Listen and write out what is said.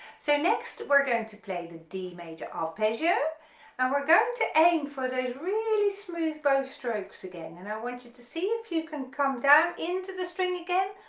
so next we're going to play the d major arpeggio and we're going to aim for those really smooth bow strokes again and i want you to see if you can come down into the string again,